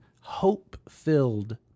hope-filled